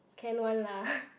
can one lah